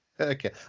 Okay